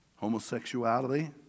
Homosexuality